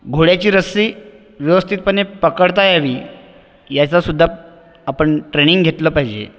घोड्याची रस्सी व्यवस्थितपणे पकडता यावी याचासुद्धा आपण ट्रेनिंग घेतलं पाहिजे